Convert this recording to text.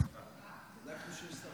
רציתי לדעת אם יש שר תורן.